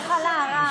מהתחלה, רם.